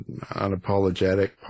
unapologetic